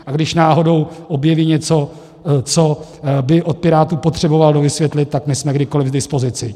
A když náhodou objeví něco, co by od Pirátů potřeboval dovysvětlit, tak my jsme kdykoli k dispozici.